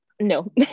no